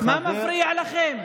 מה מפריע לכם?